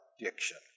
addiction